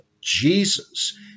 Jesus